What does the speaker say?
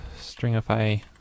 stringify